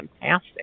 fantastic